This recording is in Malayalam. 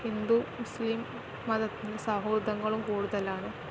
ഹിന്ദു മുസ്ലിം മതത്തിൽ സൗഹൃദങ്ങളും കൂടുതലാണ്